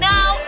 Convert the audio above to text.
Now